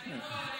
אני לא הולך.